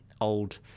old